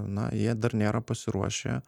na jie dar nėra pasiruošę